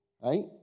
right